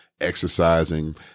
exercising